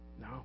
No